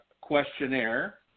questionnaire